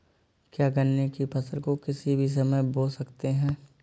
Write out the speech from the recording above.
क्या गन्ने की फसल को किसी भी समय बो सकते हैं?